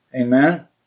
Amen